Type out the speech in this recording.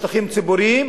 בשטחים ציבוריים,